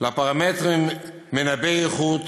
לפרמטרים מנבאי איכות,